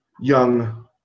young